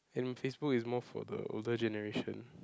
and Facebook is more for the older generation